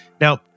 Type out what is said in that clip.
Now